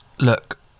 look